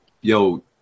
Yo